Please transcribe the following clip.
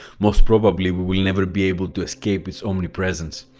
most probably, we will never be able to escape its omnipresence.